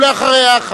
ואחריה,